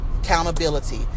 Accountability